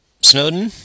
Snowden